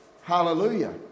Hallelujah